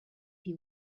you